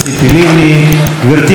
גברתי מזכירת הכנסת.